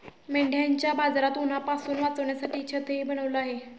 मेंढ्यांच्या बाजारात उन्हापासून वाचण्यासाठी छतही बनवले जाते